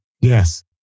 Yes